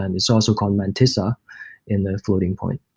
and it's ah so called mantissa in the floating-point.